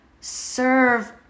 serve